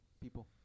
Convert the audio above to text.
people